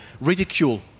ridicule